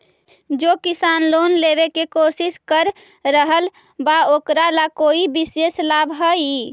जे किसान लोन लेवे के कोशिश कर रहल बा ओकरा ला कोई विशेष लाभ हई?